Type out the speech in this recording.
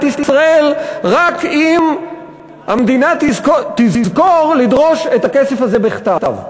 ישראל רק אם המדינה תזכור לדרוש את הכסף הזה בכתב.